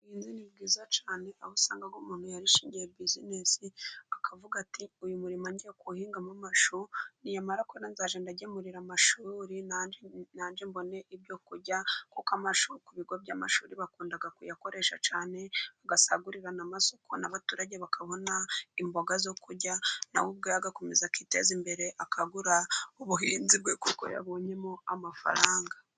Ubuhinzi ni bwiza cyane, aho usanga aho umuntu yarishingiye buzinesi, akavuga ati uyu murima ngiye kuwuhingamo amashu, namara kwera nzajya ngemurira amashuri nanjye mbone ibyo kurya, kuko amashu ku bigo by'amashuri bakunda kuyakoresha cyane, agasagurira n'amasoko n'abaturage bakabona imboga zo kurya, na we ubwe agakomeza akiteza imbere, akagura ubuhinzi bwe kuko yabonyemo amafaranga.